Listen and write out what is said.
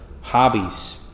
hobbies